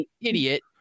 idiot